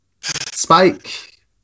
Spike